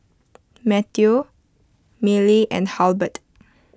Matteo Milly and Halbert